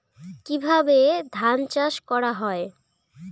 কিভাবে ধান চাষ করা হয়?